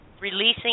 releasing